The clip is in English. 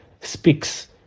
speaks